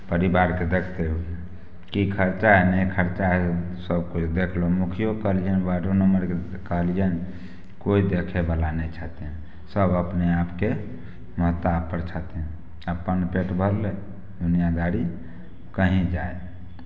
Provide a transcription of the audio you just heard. परिवारके देखते उ कि खर्चा हइ नहि खर्चा हइ सभकिछु देखलू मुखियोके कहलियनि वार्डो मेम्बरके कहलियनि कोइ देखेवला नहि छथिन सभ अपने आपके मातापर छथिन अपन पेट भरलै दुनियादारी कहीं जाइ